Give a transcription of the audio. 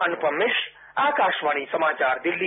अनुपम मिश्र आकाशवाणी समाचार दिल्ली